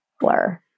blur